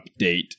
update